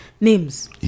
names